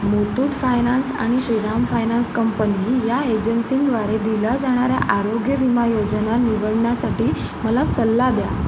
Muthoot finance आणि Shriram finance company या एजन्सींद्वारे दिल्या जाणाऱ्या आरोग्य विमा योजना निवडण्यासाठी मला सल्ला द्या